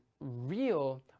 real